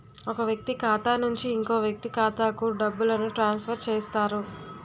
ఒక వ్యక్తి ఖాతా నుంచి ఇంకో వ్యక్తి ఖాతాకు డబ్బులను ట్రాన్స్ఫర్ చేస్తారు